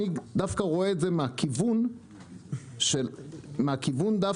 אני דווקא רואה את זה מהכיוון של הממשלה,